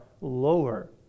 lower